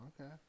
okay